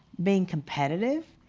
being competitive,